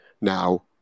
Now